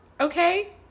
okay